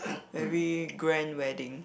very grand wedding